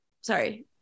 Sorry